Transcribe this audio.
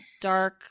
Dark